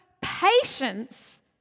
patience